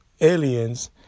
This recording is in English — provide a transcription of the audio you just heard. aliens